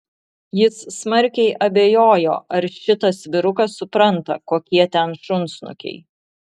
jis smarkiai abejojo ar šitas vyrukas supranta kokie ten šunsnukiai